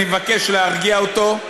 אני מבקש להרגיע אותו.